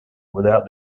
without